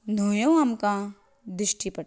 न्हंयो आमकां दिश्टी पडटात